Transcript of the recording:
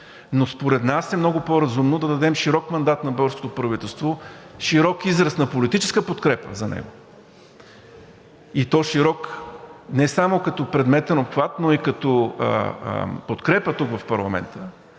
но според нас е много по-разумно да дадем широк мандат на българското правителство, широк израз на политическа подкрепа за него, и то широк не само като предметен обхват, но и като подкрепа тук в парламента,